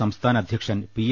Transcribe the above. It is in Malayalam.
പി സംസ്ഥാന അധ്യക്ഷൻ പി